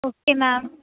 okay ma'am